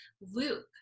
loop